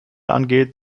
angeht